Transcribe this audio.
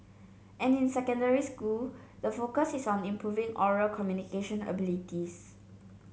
and in secondary school the focus is on improving oral communication abilities